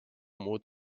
muud